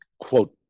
quote